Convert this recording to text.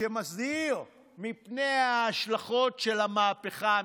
שמזהיר מפני ההשלכות של המהפכה המשטרית,